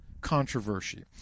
controversy